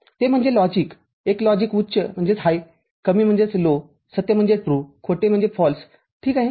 ते म्हणजे लॉजिक एकलॉजिक उच्चकमीसत्य खोटे ठीक आहे